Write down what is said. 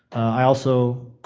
i also